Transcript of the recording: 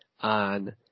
on